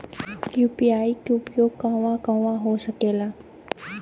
UPI के उपयोग कहवा कहवा हो सकेला?